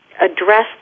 address